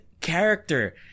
character